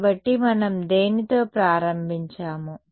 కాబట్టి మనం దేనితో ప్రారంభించాము